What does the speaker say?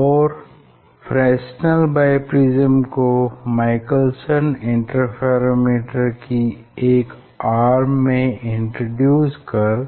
और Fresnel biprism को Michelson interferometer की एक आर्म में इंट्रोडयूस कर